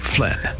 Flynn